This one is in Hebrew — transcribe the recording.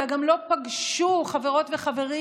אלא גם לא פגשו חברות וחברים,